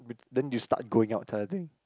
but then you start growing out I think